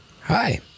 Hi